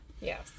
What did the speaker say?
Yes